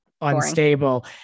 unstable